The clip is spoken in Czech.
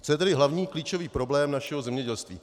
Co je tedy hlavní, klíčový problém našeho zemědělství?